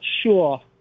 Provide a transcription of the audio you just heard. sure